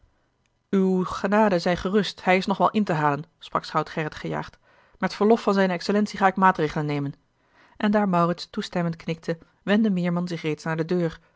uwe genade zij gerust hij is nog wel in te halen sprak schout gerrit gejaagd met verlof aan zijne excellentie ga ik maatregelen nemen en daar maurits toestemmend knikte wendde meerman zich reeds naar de deur